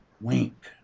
wink